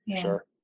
Sure